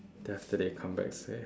then after that you come back say